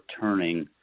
turning